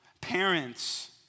parents